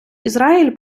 ізраїль